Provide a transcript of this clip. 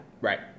Right